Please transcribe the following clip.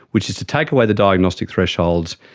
which is to take away the diagnostic thresholds,